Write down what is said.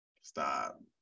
stop